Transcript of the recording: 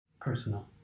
Personal